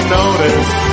notice